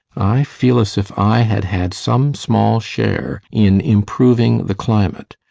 i feel as if i had had some small share in improving the climate,